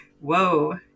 whoa